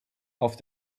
auf